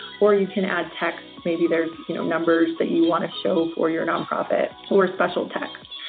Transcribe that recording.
or you can add text, maybe there's you know numbers that you wanna show for your nonprofit, or special text.